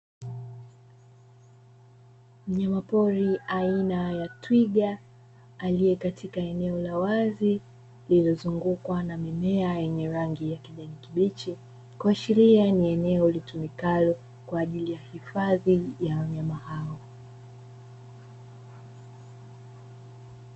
Mnyama pori aina ya twiga aliyekatika eneo la wazi lililozungukwa na mimea yenye rangi ya kibichi, kuashiria ni eneo ambalo litumikalo kwa ajili ya hifadhi ya wanyama hao.